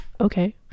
okay